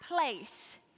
place